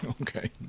Okay